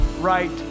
right